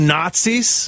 Nazis